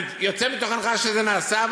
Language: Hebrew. אני יוצא מתוך הנחה שזה נעשה,